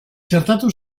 txertatu